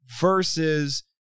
versus